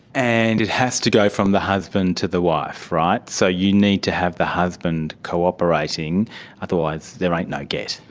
and it has to go from the husband to the wife, right? so you need to have the husband cooperating otherwise there ain't no gett.